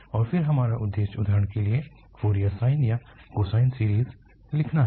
और फिर हमारा उद्देश्य उदाहरण के लिए फोरियर साइन या कोसाइन सीरीज़ लिखना है